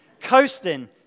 Coasting